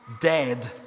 dead